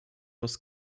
was